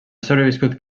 sobreviscut